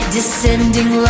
Descending